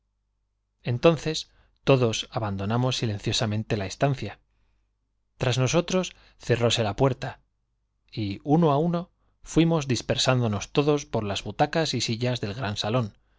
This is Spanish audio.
entonces todos abandonamos signo de despejar silenciosamente la estancia tras nosotros cerróse la uno á uno fuimos dispersándonos todos por puerta y las butacas y sillas del gran inmenso salón